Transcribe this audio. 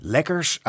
Lekkers